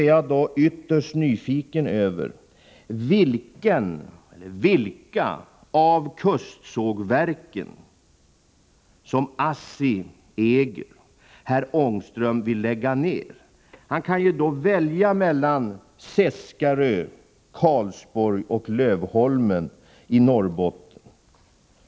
Om herr Ångström når framgång i sitt agerande, vilka av de kustsågverk som ASSI äger vill herr Ångström då lägga ner? Han kan välja mellan Seskarö, Karlsborg och Lövholmen i Norrbotten.